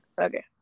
Okay